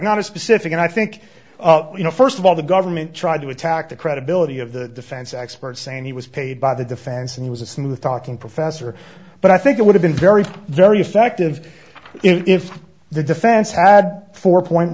not a specific and i think you know first of all the government tried to attack the credibility of the defense expert saying he was paid by the defense and he was a smooth talking professor but i think it would have been very very effective if the defense had four point